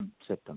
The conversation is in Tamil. ம் சரி தம்பி